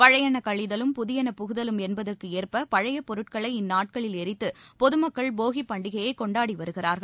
பழழயென கழிதலும் புதியென புகுதலும் என்பதற்கு ஏற்ப பழைய பொருட்களை இந்நாட்களில் எரித்து பொதமக்கள் போகி பண்டிகையை கொண்டாடி வருகிறார்கள்